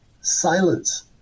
silence